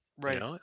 Right